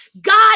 God